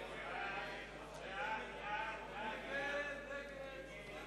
מי נמנע?